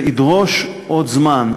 זה ידרוש עוד זמן.